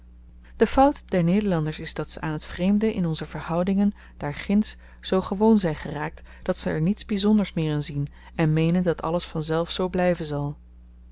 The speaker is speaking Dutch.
de fout der nederlanders is dat ze aan t vreemde in onze verhoudingen daarginds zoo gewoon zyn geraakt dat ze er niets byzonders meer in zien en meenen dat alles vanzelf zoo blyven zal